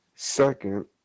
second